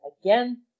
again